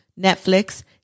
Netflix